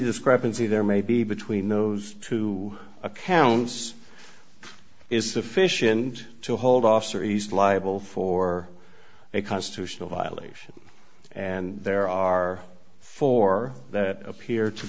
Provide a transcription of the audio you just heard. discrepancy there may be between those two accounts is sufficient to hold officer east liable for a constitutional violations and there are four that appear to